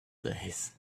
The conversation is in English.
days